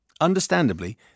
understandably